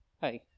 Hi